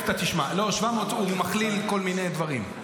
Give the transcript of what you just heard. לא, הוא מכליל כל מיני דברים.